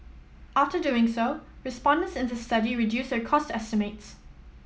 after doing so respondents in the study reduced their cost estimates